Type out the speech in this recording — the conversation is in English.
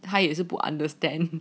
他也是不 understand